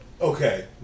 Okay